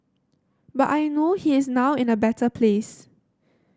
but I know he is now in a better place